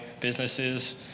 businesses